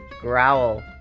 growl